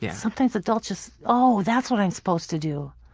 yeah sometimes adults just, oh, that's what i'm supposed to do.